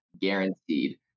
Guaranteed